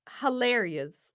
hilarious